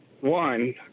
one